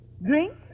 Drink